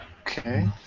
Okay